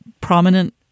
prominent